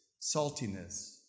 saltiness